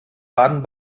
baden